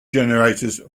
generators